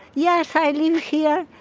yes, i live here.